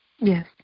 yes